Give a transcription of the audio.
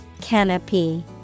Canopy